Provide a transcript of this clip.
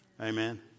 Amen